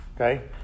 Okay